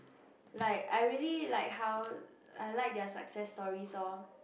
like I really like how I like their success story so